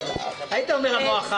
היית אומר: המוח הערבי.